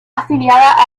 afiliada